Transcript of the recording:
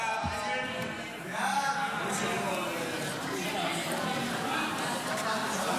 ההצעה להעביר את הצעת